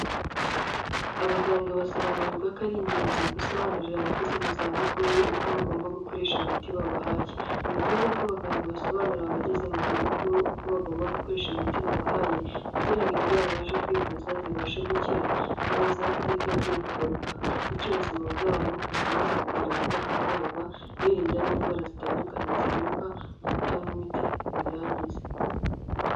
Abaganga basobanurirwa ko ari ingenzi gusobanurira abageze mu zabukuru uko bagomba gukoresha imiti babahaye. Ni byiza ko abaganga basobanurira abageze mu zabukuru uko bagomba gukoresha imiti babahaye, kugira indwara bashe kwivuza zibashe gukira neza zitongeye kugaruka. Bityo ubuzima bwabo bukomeze kugira ubudahangarwa, birinda n'indwara zitandukanye zituruka mu kutanywa imiti ngo uyirangize.